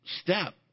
step